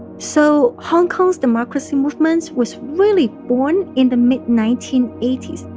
so hong kong's democracy movement was really born in the mid nineteen eighty s.